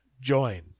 join